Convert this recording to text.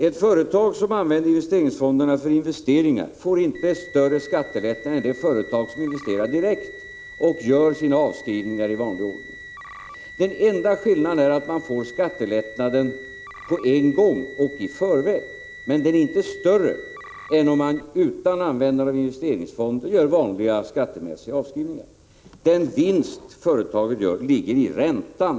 Ett företag som använder investeringsfonderna för investeringar får inte större skattelättnader än det företag som investerar direkt och gör sina avskrivningar i vanlig ordning. Den enda skillnaden är att företaget får skattelättnaden på en gång och i förväg. Men den är inte större än om företaget i stället för att använda investeringsfonderna gör vanliga skattemässiga avskrivningar. Den vinst företaget gör ligger i räntan.